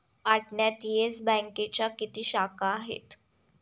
पाटण्यात येस बँकेच्या किती शाखा आहेत?